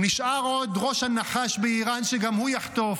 נשאר עוד ראש הנחש באיראן, שגם הוא יחטוף.